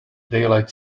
daylight